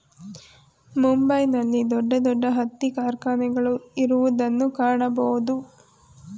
ಮುಂಬೈ ನಲ್ಲಿ ದೊಡ್ಡ ದೊಡ್ಡ ಹತ್ತಿ ಕಾರ್ಖಾನೆಗಳು ಇರುವುದನ್ನು ಕಾಣಬೋದು